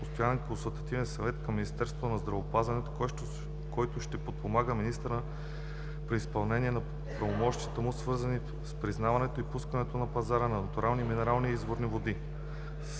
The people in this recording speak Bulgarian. постоянен Консултативен съвет към министъра на здравеопазването, който ще подпомага министъра при изпълнение на правомощията му, свързани с признаването и пускането на пазара на натурални минерални и изворни води.